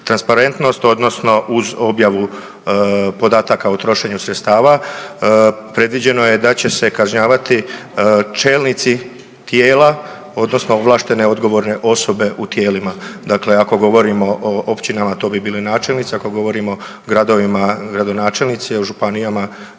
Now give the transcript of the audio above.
transparentnost odnosno uz objavu podataka o trošenju sredstava. Predviđeno je da će se kažnjavati čelnici tijela odnosno ovlaštene odgovorne osobe u tijelima, dakle ako govorimo o općinama to bi bili načelnici, ako govorimo o gradovima gradonačelnici, a županijama